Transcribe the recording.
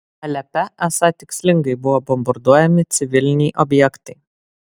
alepe esą tikslingai buvo bombarduojami civiliniai objektai